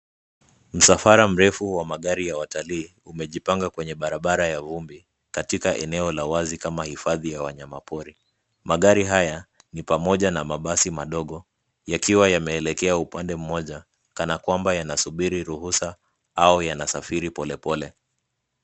Msafara mrefu wa magari ya watalii umejipanga kwenye barabara ya vumbi katika eneo la wazi kama hifadhi ya wanyama pori. Magari haya ni pamoja na mabasi madogo yakiwa yameelekea upande mmoja, kana kwamba yanasubiri ruhusa au yanasafiri polepole.